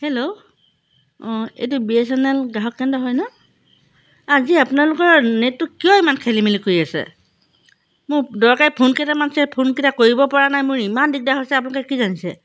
hello অঁ এইটো BSNL গ্ৰাহক কেন্দ্ৰ হয় ন আজি আপোনালোকৰ নেটটো কিয় ইমান খেলি মেলি কৰি আছে মোৰ দৰকাৰী ফোনকেইটামান আছে ফোনকেইটা কৰিব পৰা নাই মোৰ ইমান দিগদাৰ হৈছে আপোনালোকে কি জানিছে